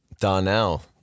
Donnell